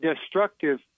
destructive